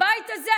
הבית הזה,